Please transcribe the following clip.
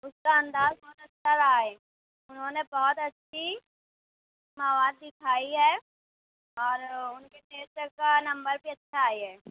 اُس کا انداز بہت اچھا رہا ہے اُنہوں نے بہت اچھی مواد دِکھائی ہے اور اُن کی ٹیسٹ کا نمبر بھی اچھا آئی ہے